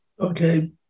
Okay